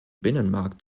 binnenmarkt